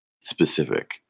specific